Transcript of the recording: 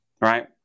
right